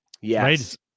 Yes